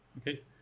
Okay